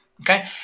Okay